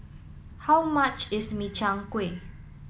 how much is Min Chiang Kueh